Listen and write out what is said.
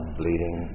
bleeding